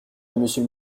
monsieur